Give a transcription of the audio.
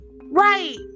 Right